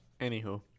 anywho